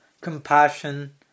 compassion